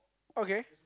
okay